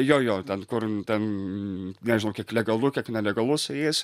jo jo ten kur ten nežinau kiek legalu kiek nelegalu su jais